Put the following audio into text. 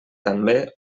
també